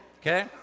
okay